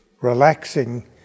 relaxing